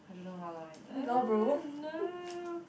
I don't how long eh no